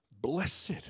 Blessed